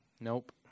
nope